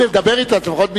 אם לדבר אתו אז לפחות בישיבה.